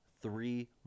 three